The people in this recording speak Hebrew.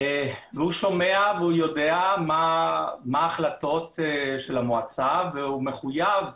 והוא שומע והוא יודע מה ההחלטות של המועצה והוא מחויב,